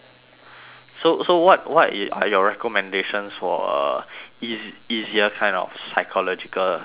so so what what are your recommendations for uh eas~ easier kind of psychological topics